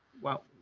well,